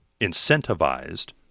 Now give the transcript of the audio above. incentivized